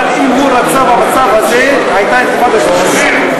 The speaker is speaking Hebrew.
אבל אם הוא רצה במצב הזה, הייתה אינתיפאדה שלישית.